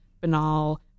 banal